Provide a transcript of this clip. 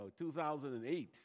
2008